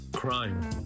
crime